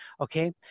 okay